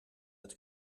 het